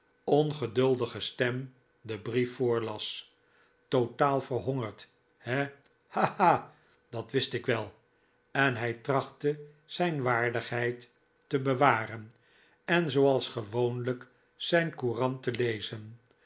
ongeduldige stem den brief voorlas totaal verhongerd he ha ha dat wist ik wel en hij trachtte zijn waardigheid te bewaren en zooals gewoonlijk zijn courant te lezen